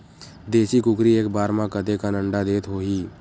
देशी कुकरी एक बार म कतेकन अंडा देत होही?